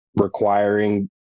requiring